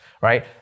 right